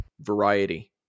variety